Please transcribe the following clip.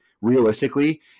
realistically